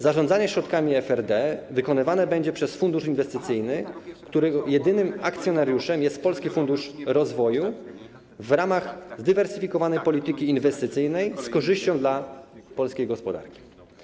Zarządzanie środkami FRD wykonywane będzie przez fundusz inwestycyjny, którego jedynym akcjonariuszem jest Polski Fundusz Rozwoju, w ramach zdywersyfikowanej polityki inwestycyjnej, z korzyścią dla polskiej gospodarki.